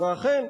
ואכן,